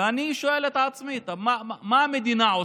ואני שואל את עצמי מה המדינה עושה.